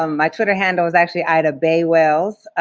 um my twitter handle is actually ida bae wells, ah,